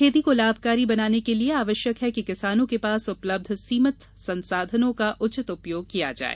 खेती को लाभकारी बनाने के लिये आवश्यक है कि किसानों के पास उपलब्ध सीभित संसाधनों का उचित उपयोग किया जाए